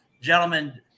Gentlemen